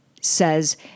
says